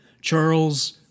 Charles